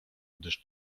gdyż